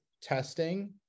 testing